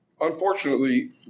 unfortunately